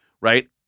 Right